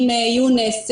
אם ליונס,